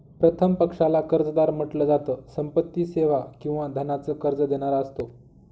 प्रथम पक्षाला कर्जदार म्हंटल जात, संपत्ती, सेवा किंवा धनाच कर्ज देणारा असतो